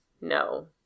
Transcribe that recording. No